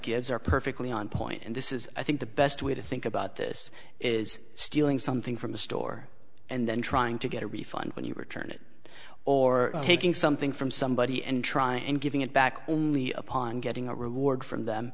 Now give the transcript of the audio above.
kids are perfectly on point and this is i think the best way to think about this is stealing something from a store and then trying to get a refund when you return it or taking something from somebody and try and giving it back only upon getting a reward from them